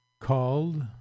called